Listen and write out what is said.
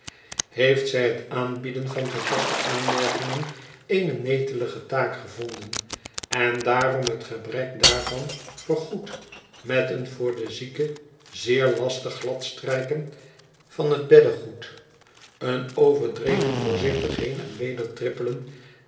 heeft zij het aanbieden van gepaste aanmerkingen eene netelige taak gevonden en daarom het gebrek daarvan vergoed met een voor den zieke zeer lastig gladstrijken van het beddegoed een overdreven voorzichtig heen en weder trippelen